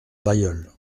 bailleul